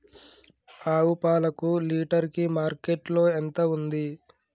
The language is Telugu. ఆవు పాలకు లీటర్ కి మార్కెట్ లో ఎంత ఉంది?